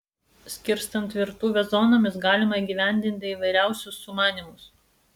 skirstant virtuvę zonomis galima įgyvendinti įvairiausius sumanymus